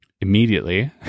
immediately